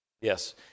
Yes